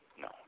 No